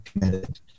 committed